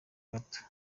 gato